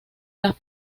las